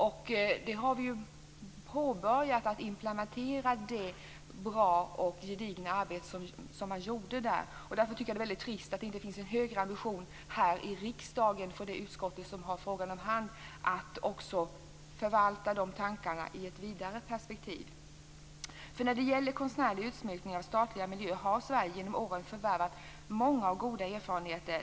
Vi har börjat att implementera det goda och gedigna arbete som gjordes. Därför är det trist att det inte finns en högre ambition här i riksdagen hos det utskott som har frågan om hand att förvalta de tankarna i ett vidare perspektiv. När det gäller konstnärlig utsmyckning av statliga miljöer har Sverige genom åren förvärvat många och goda erfarenheter.